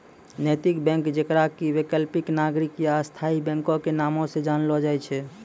नैतिक बैंक जेकरा कि वैकल्पिक, नागरिक या स्थायी बैंको के नामो से जानलो जाय छै